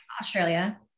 Australia